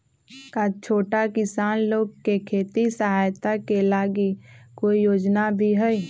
का छोटा किसान लोग के खेती सहायता के लगी कोई योजना भी हई?